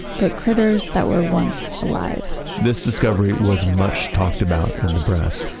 but critters that were once alive this discovery was much talked about in the press.